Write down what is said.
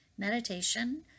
Meditation